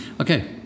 Okay